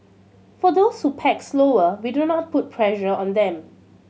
for those who pack slower we do not put pressure on them